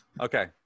Okay